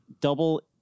Double